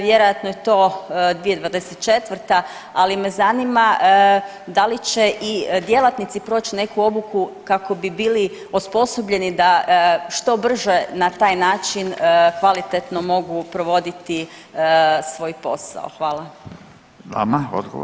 Vjerojatno je to 2024., ali me zanima da li će i djelatnici proći nekakvu obuku kako bi bili osposobljeni da što brže na taj način kvalitetno mogu provoditi svoj posao?